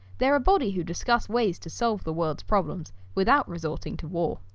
they're a body who discuss ways to solve the world's problems without resorting to war.